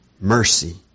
mercy